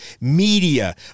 Media